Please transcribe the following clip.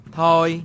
Thôi